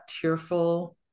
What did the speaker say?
tearful